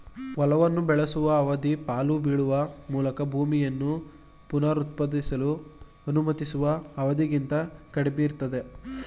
ಹೊಲವನ್ನು ಬೆಳೆಸುವ ಅವಧಿ ಪಾಳು ಬೀಳುವ ಮೂಲಕ ಭೂಮಿಯನ್ನು ಪುನರುತ್ಪಾದಿಸಲು ಅನುಮತಿಸುವ ಅವಧಿಗಿಂತ ಕಡಿಮೆಯಿರ್ತದೆ